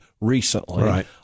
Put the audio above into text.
recently